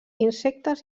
insectes